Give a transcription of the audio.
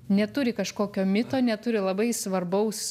neturi kažkokio mito neturi labai svarbaus